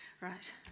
right